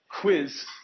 quiz